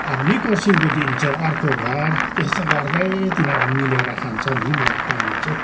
अब निकोर्सीको दिन चाहिँ अर्को घर त्यस्तो गर्दै तिनीहरूले मिलेर खान्छ नि पानी चाहिँ